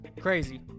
Crazy